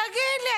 תגיד לי,